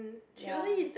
ya